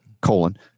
colon